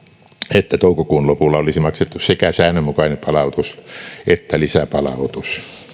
että toukokuun lopulla olisi maksettu sekä säännönmukainen palautus että lisäpalautus